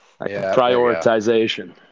Prioritization